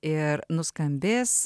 ir nuskambės